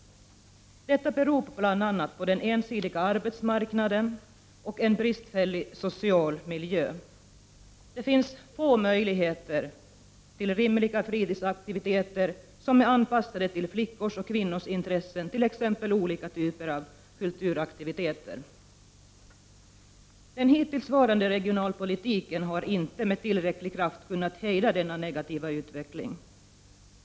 Detta beror bl.a. på den ensidiga arbetsmarknaden och en bristfällig social miljö. Det finns få möjligheter till rimliga fritidsaktiviteter som är anpassade till flickors och kvinnors intressen, t.ex. olika typer av kulturaktiviteter. Den hittillsvarande regionalpolitiken har inte med tillräcklig kraft kunnat hejda denna negativa utveckling.